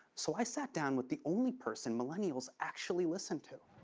so, i sat down with the only person millennials actually listen to.